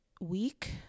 week